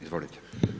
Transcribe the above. Izvolite.